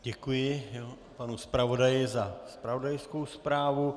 Děkuji panu zpravodaji za zpravodajskou zprávu.